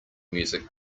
music